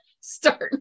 start